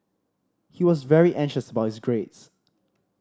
he was very anxious about his grades